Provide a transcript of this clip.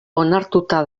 onartuta